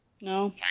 No